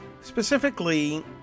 Specifically